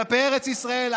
כלפי ארץ ישראל,